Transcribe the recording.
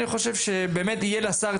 אני חושב שתהיה באמת לשר,